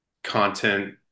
content